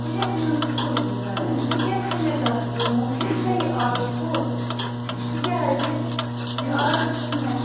بہٕ چھَس یِہٕنٛز شُکُر گُزار ونکٮ۪س چھِ مےٚ کَرٕن کٲم یُس مےٚ یہِ آڈَر کوٚر تکیازِ یہِ آڈَر چھُنہٕ مےٚ